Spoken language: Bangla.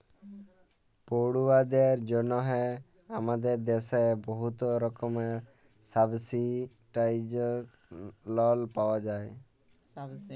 পড়ুয়াদের জ্যনহে আমাদের দ্যাশে বহুত রকমের সাবসিডাইস্ড লল পাউয়া যায়